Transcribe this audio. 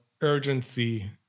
urgency